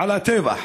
על הטבח.